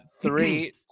Three